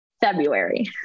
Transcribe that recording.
February